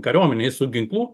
kariuomenėj su ginklu